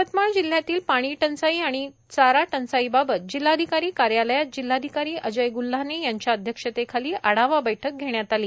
यवतमाळ जिल्ह्यातील पाणीटंचाई आणि चाराटंचाईबाबत जिल्हाधिकारी कार्यालयात जिल्हाधिकारी अजय गुल्हाने यांच्या अध्यक्षतेखाली आढावा बैठक घेण्यात आली